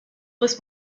was